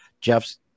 Jeff's